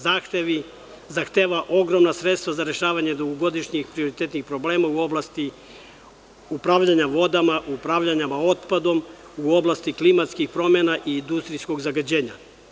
Zahteva ogromna sredstva za rešavanje dugogodišnjih prioritetnih problema u oblasti upravljanja vodama, upravljanja otpadom u oblasti klimatskih promena i industrijskog zagađenja.